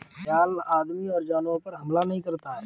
घड़ियाल आदमियों और जानवरों पर हमला नहीं करता है